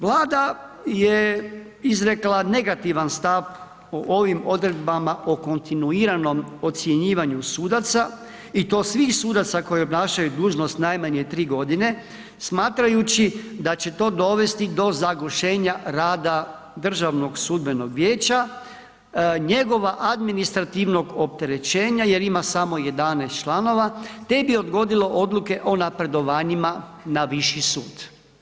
Vlada je izrekla negativan stav o ovim odredbama o kontinuiranom ocjenjivanju sudaca i to svih sudaca koji obnašaju dužnost najmanje 3.g. smatrajući da će to dovesti do zagušenja rada DSV-a, njegova administrativnog opterećenja jer ima samo 11 članova, te bi odgodilo odluke o napredovanjima na viši sud.